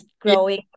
growing